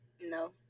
No